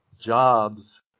jobs